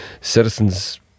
citizens